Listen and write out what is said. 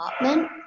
apartment